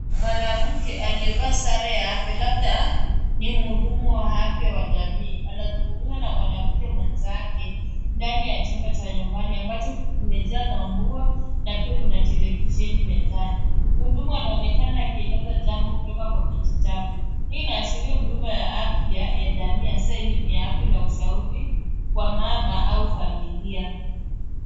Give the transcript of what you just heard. Mwanamke aliyevaa sare ya afya labda ni mhudumu wa afya wa jamii. Anazungumza na mwanamke mwenzake ndani ya chumba cha nyumbani, ambacho kimejaa manguo na pia kuna televisheni mezani. Mhudumu anaonekana akieleza jambo kutoka kwa kijitabu. Hii inaashiria huduma ya afya ya jamii hasa elimu ya afya na ushauri kwa mama au familia.